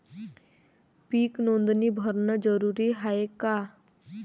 पीक नोंदनी भरनं जरूरी हाये का?